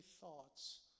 thoughts